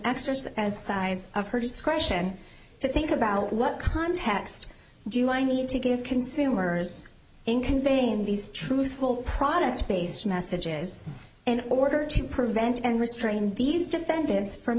exercise as sides of her discretion to think about what context do i need to give consumers in conveying these truthful products based messages in order to prevent and restrain these defendants